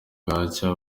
bwacya